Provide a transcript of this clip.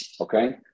Okay